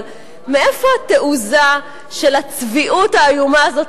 אבל מאיפה התעוזה של הצביעות האיומה הזאת,